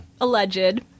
Alleged